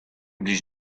blij